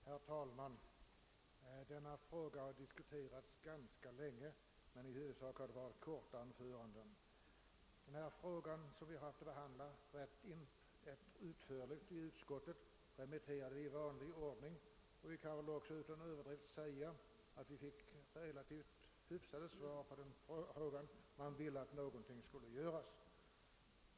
Herr talman! Denna fråga har diskuterats ganska länge, men det har i huvudsak hållits korta anföranden. I utskottet har vi behandlat frågan rätt utförligt, och jag kan utan överdrift säga att vi fick relativt hyfsade svar: man ville att någonting skulle göras.